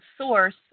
source